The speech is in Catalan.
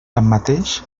tanmateix